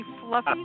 Fluffy